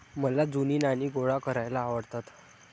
मला जुनी नाणी गोळा करायला आवडतात